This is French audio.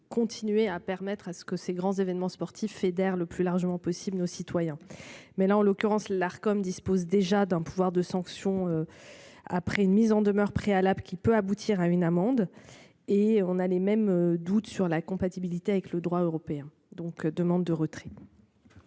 continuer à permettre à ce que ces grands événements sportifs fédère le plus largement possible nos citoyens. Mais là en l'occurrence là. Com dispose déjà d'un pouvoir de sanction. Après une mise en demeure préalable qui peut aboutir à une amende et on a les mêmes doutes sur la compatibilité avec le droit européen donc demande de retrait.